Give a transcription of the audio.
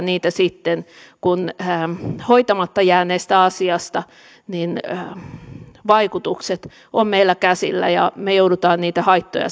niitä sitten kun hoitamatta jääneestä asiasta vaikutukset ovat meillä käsillä ja me joudumme niitä haittoja